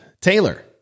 Taylor